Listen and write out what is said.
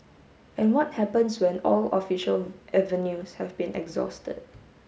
and what happens when all official avenues have been exhausted